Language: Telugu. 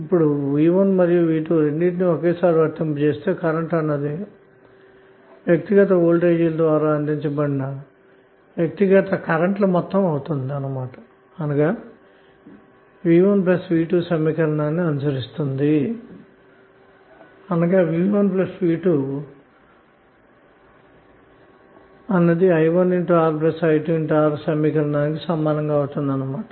ఇప్పుడు V1మరియు V2రెండింటినీ ఒకే సారి వర్తింపజేస్తే కరెంట్ అన్నది వ్యక్తిగత వోల్టేజ్ల ద్వారా అందించబడిన వ్యక్తిగత కరెంట్ ల మొత్తము అవుతుంది అంటే V1V2 లేదా V1V2 అన్నది i1Ri2R సమీకరణం అవుతుందన్నమాట